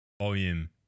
Volume